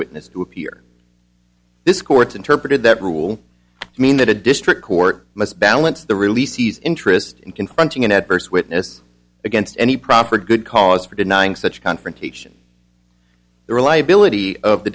witness to appear this court interpreted that rule mean that a district court must balance the release sees interest in confronting an adverse witness against any proper good cause for denying such confrontation the reliability of the